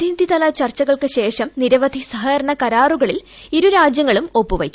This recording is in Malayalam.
പ്രതിനിധ്രിതല ചർച്ചകൾക്ക് ശേഷം നിരവധി സഹകരണ കരാറുകളിൽ ഇരുപ്പ്രാജ്യങ്ങളും ഒപ്പുവയ്ക്കും